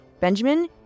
Benjamin